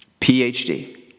PhD